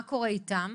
מה קורה איתן?